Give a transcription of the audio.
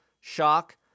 shock